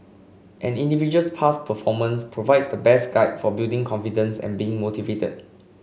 an individual's past performance provides the best guide for building confidence and being motivated